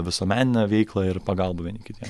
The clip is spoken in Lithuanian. visuomeninę veiklą ir pagalbą vieni kitiem